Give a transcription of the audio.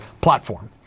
platform